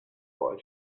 boy